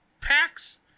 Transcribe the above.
packs